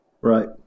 Right